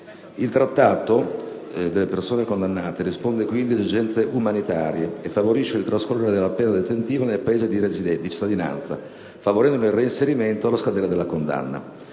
sul trasferimento delle persone condannate risponde quindi ad esigenze umanitarie e favorisce il trascorrere della pena detentiva nel Paese di cittadinanza, favorendone il reinserimento, allo scadere della condanna.